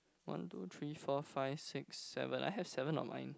one two three four five six seven I have seven on mine